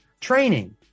training